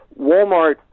Walmart